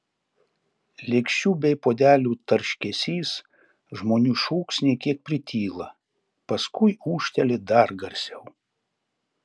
lėkščių bei puodelių tarškesys žmonių šūksniai kiek prityla paskui ūžteli dar garsiau